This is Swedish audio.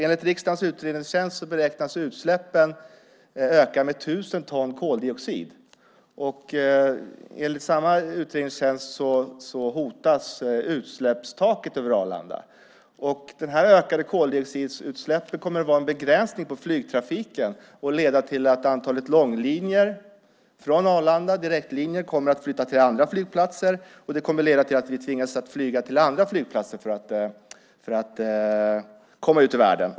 Enligt riksdagens utredningstjänst beräknas utsläppen öka med 1 000 ton koldioxid. Enligt samma utredningstjänst hotas utsläppstaket över Arlanda. De ökade koldioxidutsläppen kommer att innebära en begränsning för flygtrafiken och leda till att direktlånglinjer från Arlanda kommer att flytta till andra flygplatser. Det kommer att leda till att vi tvingas flyga till andra flygplatser för att komma ut i världen.